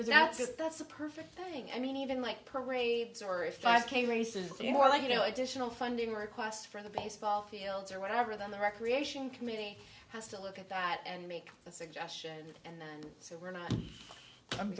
was not just that's a perfect thing i mean even like parades or a five k race is a more like you know additional funding request for the baseball fields or whatever then the recreation committee has to look at that and make that suggestion and then so we're not i'm